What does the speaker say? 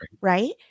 right